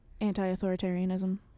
Anti-authoritarianism